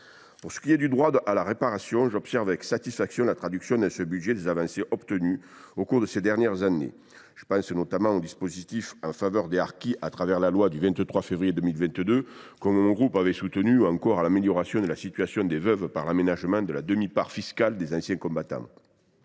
Pour ce qui est du droit à réparation, j’observe avec satisfaction la traduction dans ce budget des avancées obtenues au cours de ces dernières années. Je pense notamment aux dispositifs en faveur des harkis issus de la loi du 23 février 2022, que le groupe du RDSE avait soutenue, ou encore à l’amélioration de la situation des veuves par l’aménagement de la demi part fiscale des anciens combattants.